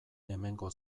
hemengo